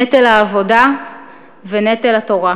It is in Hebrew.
נטל העבודה ונטל התורה.